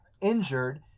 injured